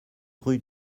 rue